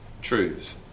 truths